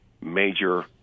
major